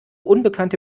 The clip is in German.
unbekannte